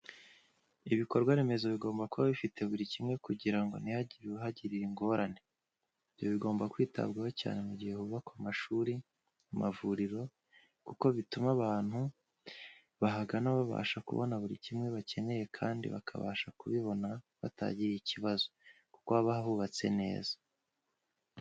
Ibikorwa remezo bigomba kuba bifite buri kimwe kugira ngo ntihagire uhagirira ingorane. Ibyo bigomba kwitabwaho cyane mu gihe hubakwa amashuri, amavuriro kuko bituma abantu bahagana babasha kubona buri kimwe bakeneye kandi bakabasha kubibona batahagiriye ikibazo, kuko haba hubatse neza.